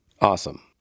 Awesome